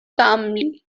calmly